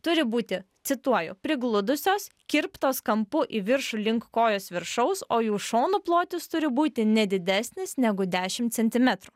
turi būti cituoju prigludusios kirptos kampu į viršų link kojos viršaus o jų šonų plotis turi būti ne didesnis negu dešimt centimetrų